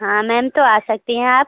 हाँ मैम तो आ सकती हैं आप